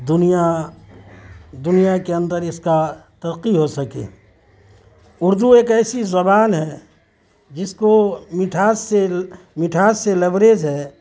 دنیا دنیا کے اندر اس کا ترقی ہو سکے اردو ایک ایسی زبان ہے جس کو مٹھاس سے مٹھاس سے لبریز ہے